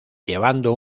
llevando